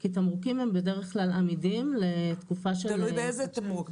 כי תמרוקים הם בדרך כלל עמידים לתקופה של --- תלוי באיזה תמרוק.